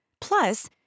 Plus